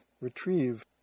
retrieve